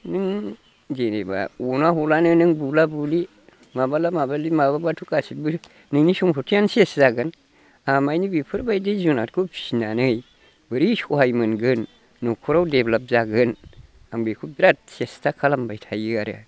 नों जेनोबा अना हलानो नों बुला बुलि माबाला माबालि माबाब्लाथ' गासिबो नोंनि सम्फथियानो सेस जागोन आमाइनो बेफोरबायदि जुनादखौ फिनानै बोरै सहाय मोनगोन न'खराव डेभेलप जागोन आं बेखौ बेराद सेसथा खालामबाय थायो आरो